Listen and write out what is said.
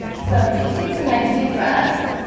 so if you just take some nice deep breaths